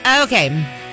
Okay